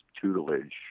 tutelage